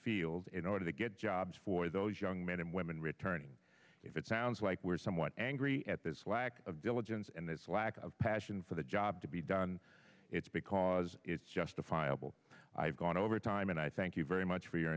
field in order to get jobs for those young men and women returning it sounds like we're somewhat angry at this lack of diligence and it's lack of passion for the job to be done it's because it's justifiable i've gone over time and i thank you very much f